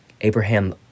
Abraham